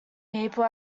people